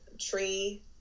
tree